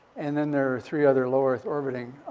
and then there are three other low earth-orbiting,